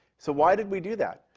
so why did we do that?